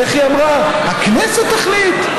ואיך היא אמרה: הכנסת תחליט?